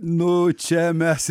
nu čia mes